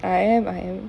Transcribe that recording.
I am I am